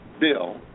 bill